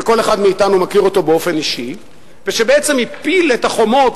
שכל אחד מאתנו מכיר אותו באופן אישי ושבעצם הפיל את החומות